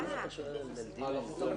עשה טיול.